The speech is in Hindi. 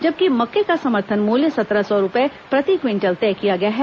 जबकि मक्के का समर्थन मूल्य सत्रह सौ रूपये प्रति क्विंटल तय किया गया है